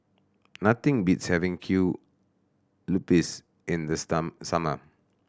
nothing beats having kue lupis in the sum summer